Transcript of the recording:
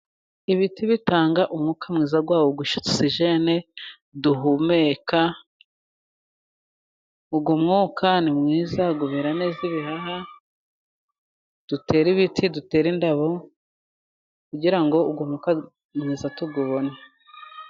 Ibiti bitanga umwuka mwiza wa ogisijene duhumeka. Uwo mwuka ni mwiza guhera neza ibihaha, dutere ibiti, dutere indabo, kugirango ngo uyu mwuka mwiza tuwubone.